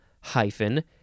hyphen